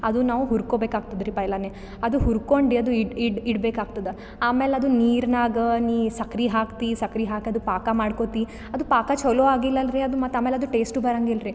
ಅದು ನಾವು ಹುರ್ಕೊಬೇಕಾಗ್ತದ್ರಿ ಪೈಲಾನೆ ಅದು ಹುರ್ಕೊಂಡು ಅದು ಇಡಬೇಕಾಗ್ತದ ಆಮೇಲೆ ಅದು ನೀರಿನಾಗ ನಿ ಸಕ್ಕರೆ ಹಾಕ್ತಿ ಸಕ್ಕರೆ ಹಾಕೋದ್ ಪಾಕ ಮಾಡ್ಕೊತ ಅದು ಪಾಕ ಚಲೊ ಆಗಿಲ್ಲಲ್ರೆ ಅದು ಮತ್ತು ಆಮೇಲೆ ಅದು ಟೇಸ್ಟು ಬರೊಂಗಿಲ್ರಿ